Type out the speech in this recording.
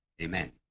Amen